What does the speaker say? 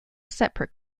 separate